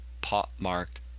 pot-marked